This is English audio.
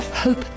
Hope